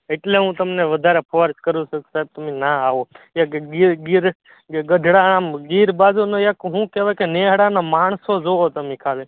એટલે હું તમને વધારે ફોર્સ કરું છું સાહેબ તમે ત્યાં આવો એક એક ગીર ગીર ગઢડા ગીર બાજુનો એક હું કહેવાય નેહડાના માણસો જોવો તમે ખાલી